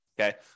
okay